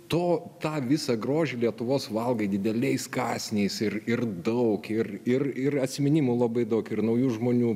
to tą visą grožį lietuvos valgai dideliais kąsniais ir ir daug ir ir ir atsiminimų labai daug ir naujų žmonių